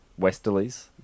westerlies